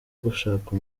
gushaka